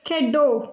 ਖੇਡੋ